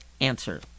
Answer